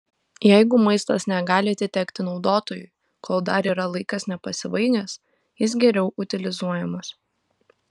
jeigu maistas negali atitekti naudotojui kol dar yra laikas nepasibaigęs jis geriau utilizuojamas